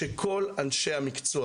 אני מקווה שכל אנשי המקצוע